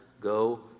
go